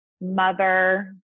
mother